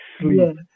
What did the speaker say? sleep